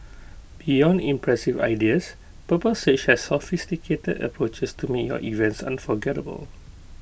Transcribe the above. beyond impressive ideas purple sage has sophisticated approaches to make your events unforgettable